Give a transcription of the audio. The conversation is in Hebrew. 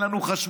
אין לנו חשמל,